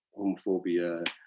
homophobia